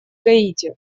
гаити